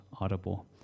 audible